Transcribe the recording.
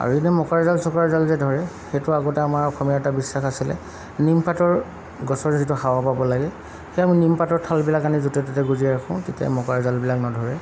আৰু এনেই মকৰাজাল চকৰাজাল যে ধৰে সেইটো আগতে আমাৰ অসমীয়া এটা বিশ্বাস আছিলে নিমপাতৰ গছৰ যিটো হাৱা পাব লাগে সেয়ে আমি নিমপাতৰ থালবিলাক আনি য'তে ত'তে গুজি ৰাখোঁ তেতিয়াই মকাৰজালবিলাক নধৰে